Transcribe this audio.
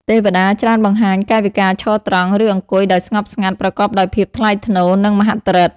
ទេវតា ច្រើនបង្ហាញ កាយវិការឈរត្រង់ ឬអង្គុយដោយស្ងប់ស្ងាត់ ប្រកបដោយភាពថ្លៃថ្នូរ និងមហិទ្ធិឫទ្ធិ។